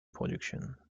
production